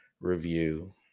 review